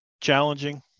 challenging